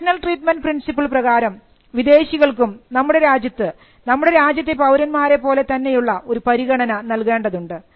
national treatment principle പ്രകാരം വിദേശികൾക്കും നമ്മുടെ രാജ്യത്ത് നമ്മുടെ രാജ്യത്തെ പൌരന്മാരെ പോലെ തന്നെയുള്ള ഒരു പരിഗണന നൽകേണ്ടതുണ്ട്